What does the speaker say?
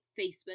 Facebook